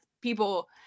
people